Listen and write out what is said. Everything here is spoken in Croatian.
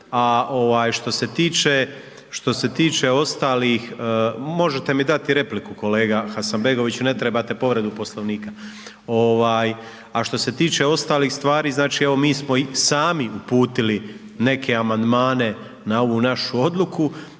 što se tiče ostalih stvari znači evo mi smo sami uputili neke amandmane na ovu našu odluku,